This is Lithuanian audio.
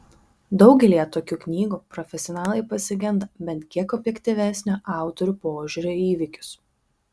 daugelyje tokių knygų profesionalai pasigenda bent kiek objektyvesnio autorių požiūrio į įvykius